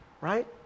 right